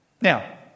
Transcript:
Now